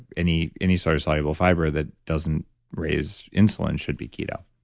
any any sort of soluble fiber that doesn't raise insulin should be keto.